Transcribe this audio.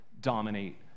dominate